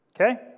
Okay